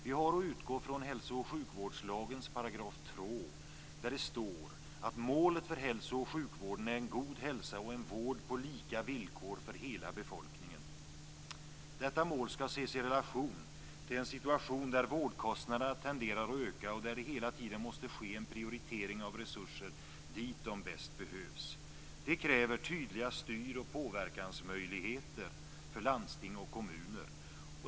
Vi har att utgå från hälso och sjukvårdslagens 2 § där det står: "Målet för hälso och sjukvården är en god hälsa och en vård på lika villkor för hela befolkningen." Detta mål skall ses i relation till en situation där vårdkostnaderna tenderar att öka och där det hela tiden måste ske en prioritering av resurser dit de bäst behövs. Det kräver tydliga styr och påverkansmöjligheter för landsting och kommuner.